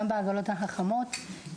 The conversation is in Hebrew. גם בעגלות החכמות,